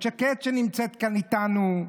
שקד, שנמצאת כאן איתנו.